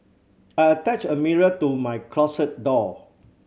I attached a mirror to my closet door